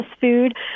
food